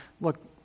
Look